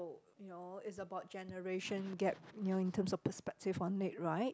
you know is about generation gap you know in terms of perspective on it right